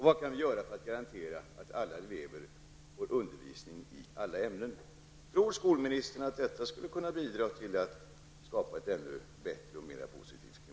Vad kan vi göra för att garantera att alla elever får undervisning i alla ämnen? Tror skolministern att detta skulle kunna bidra till att skapa ett ännu bättre och positivare klimat i skolan?